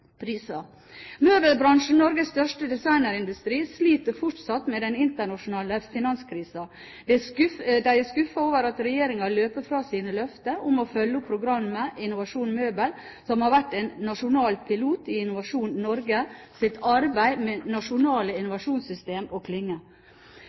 Møbelbransjen, Norges største designindustri, sliter fortsatt med den internasjonale finanskrisen. De er skuffet over at regjeringen løper fra sine løfter om å følge opp programmet Innovasjon Møbel, som har vært en nasjonal pilot i Innovasjon Norges arbeid med nasjonale